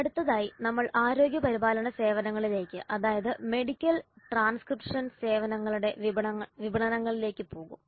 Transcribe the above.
അടുത്തതായി നമ്മൾ ആരോഗ്യ പരിപാലന സേവനങ്ങളിലേക്ക് അതായത് മെഡിക്കൽ ട്രാൻസ്ക്രിപ്ഷൻ സേവനങ്ങളുടെ വിപണങ്ങളിലേക്ക് പോകും